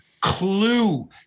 clue